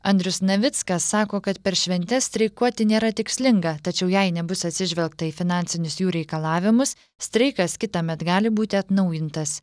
andrius navickas sako kad per šventes streikuoti nėra tikslinga tačiau jei nebus atsižvelgta į finansinius jų reikalavimus streikas kitąmet gali būti atnaujintas